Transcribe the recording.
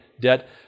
debt